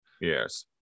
yes